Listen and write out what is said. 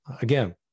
again